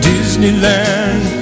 Disneyland